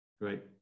great